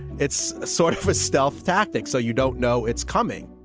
it's ah sort of a stealth tactic. so you don't know it's coming